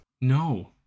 No